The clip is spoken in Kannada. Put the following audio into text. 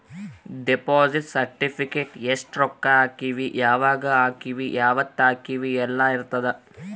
ದೆಪೊಸಿಟ್ ಸೆರ್ಟಿಫಿಕೇಟ ಎಸ್ಟ ರೊಕ್ಕ ಹಾಕೀವಿ ಯಾವಾಗ ಹಾಕೀವಿ ಯಾವತ್ತ ಹಾಕೀವಿ ಯೆಲ್ಲ ಇರತದ